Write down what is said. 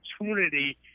opportunity